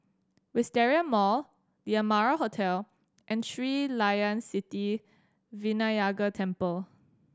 Wisteria Mall The Amara Hotel and Sri Layan Sithi Vinayagar Temple